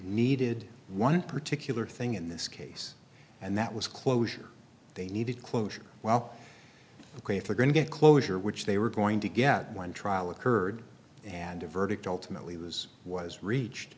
needed one particular thing in this case and that was closure they needed closure well we're going to get closure which they were going to get one trial occurred and a verdict ultimately was was reached